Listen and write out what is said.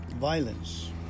violence